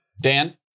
Dan